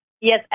Yes